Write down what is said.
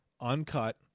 uncut